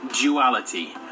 Duality